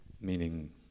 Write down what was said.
Meaning